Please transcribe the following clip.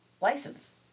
license